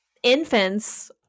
Infants